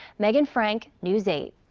megan frank, news eight.